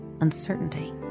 uncertainty